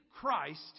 Christ